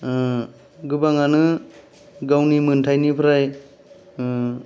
गोबांयानो गावनि मोन्थाय निफ्राय